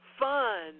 fun